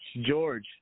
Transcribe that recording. George